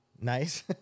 Nice